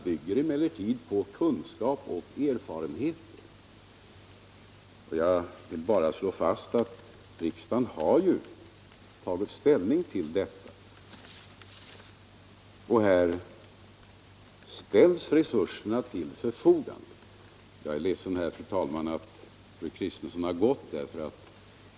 Jag är ledsen, fru talman, att fru Kristensson inte är kvar i kammaren.